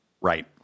Right